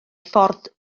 ffordd